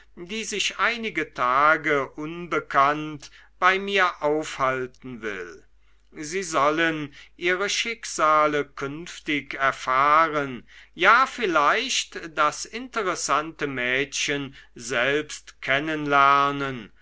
die sich einige tage unbekannt bei mir aufhalten will sie sollen ihre schicksale künftig erfahren ja vielleicht das interessante mädchen selbst